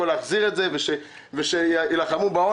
הכול כדי להחזיר את זה ושיילחמו בעוני.